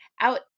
out